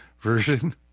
version